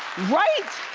right?